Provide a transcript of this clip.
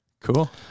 Cool